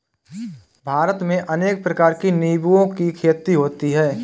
भारत में अनेक प्रकार के निंबुओं की खेती होती है